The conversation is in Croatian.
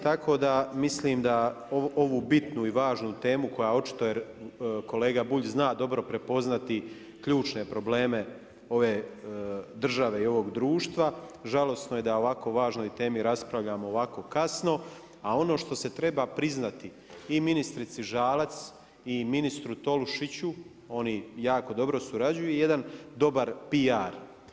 Tako da mislim da ovu bitnu i važnu temu koja očito kolega Bulj zna dobro prepoznati ključne probleme ove države i ovog društva, žalosno je da ovako o važnoj temi raspravljamo ovako kasno, a ono što se treba priznati i ministrici Žalac i ministru Tolušiću, onu jako dobro surađuju, jedan dobar PR.